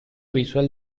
visual